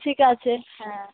ঠিক আছে হ্যাঁ